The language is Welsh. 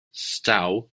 stow